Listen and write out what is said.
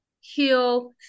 heal